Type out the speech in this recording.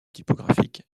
typographique